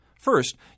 First